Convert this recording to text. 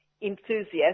enthusiastic